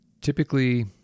typically